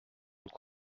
nous